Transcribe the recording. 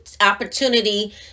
opportunity